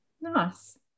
Nice